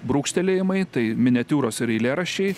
brūkštelėjimai tai miniatiūros ir eilėraščiai